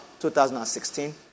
2016